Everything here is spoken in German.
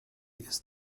ist